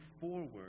forward